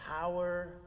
power